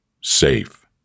Safe